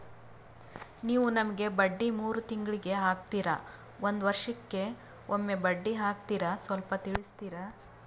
ನೀವು ನಮಗೆ ಬಡ್ಡಿ ಮೂರು ತಿಂಗಳಿಗೆ ಹಾಕ್ತಿರಾ, ಒಂದ್ ವರ್ಷಕ್ಕೆ ಒಮ್ಮೆ ಬಡ್ಡಿ ಹಾಕ್ತಿರಾ ಸ್ವಲ್ಪ ತಿಳಿಸ್ತೀರ?